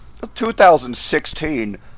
2016